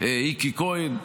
איקי כהן.